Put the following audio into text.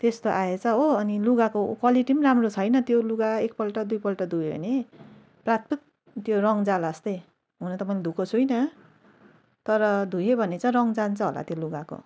त्यस्तो आएछ हो अनि लुगाको क्वालिटी पनि राम्रो छैन त्यो लुगा एकपल्ट दुईपल्ट धुयो भने प्लातपुत त्यो रङ जाला जस्तै हुन त मैले धोएको छुइनँ तर धोयो भने चाहिँ रङ जान्छ होला त्यो लुगाको